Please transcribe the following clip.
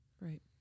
right